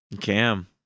Cam